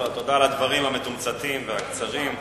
תודה על הדברים המתומצתים והקצרים.